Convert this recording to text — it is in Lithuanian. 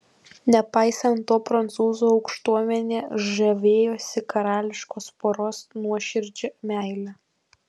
nepaisant to prancūzų aukštuomenė žavėjosi karališkos poros nuoširdžia meile